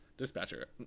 dispatcher